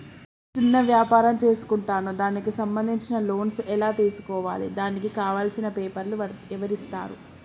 చిన్న వ్యాపారం చేసుకుంటాను దానికి సంబంధించిన లోన్స్ ఎలా తెలుసుకోవాలి దానికి కావాల్సిన పేపర్లు ఎవరిస్తారు?